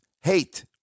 hate